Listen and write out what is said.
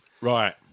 Right